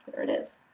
there it is.